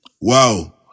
Wow